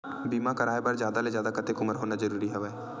बीमा कराय बर जादा ले जादा कतेक उमर होना जरूरी हवय?